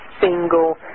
single